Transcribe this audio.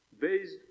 based